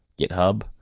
GitHub